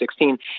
2016